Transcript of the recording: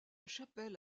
chapelle